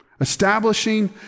Establishing